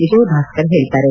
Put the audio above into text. ವಿಜಯಬಾಸ್ಕರ್ ಹೇಳಿದ್ದಾರೆ